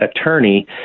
attorney